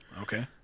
Okay